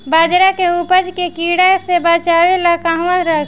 बाजरा के उपज के कीड़ा से बचाव ला कहवा रखीं?